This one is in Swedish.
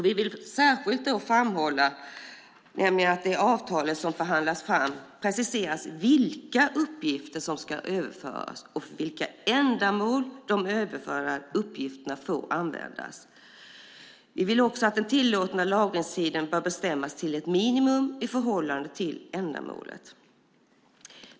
Vi vill särskilt framhålla att det i det avtal som förhandlas fram ska preciseras vilka uppgifter som ska överföras och för vilka ändamål de överförda uppgifterna får användas. Vi vill även att den tillåtna lagringstiden ska bestämmas till ett minimum i förhållande till ändamålet.